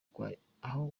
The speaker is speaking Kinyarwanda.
kwandika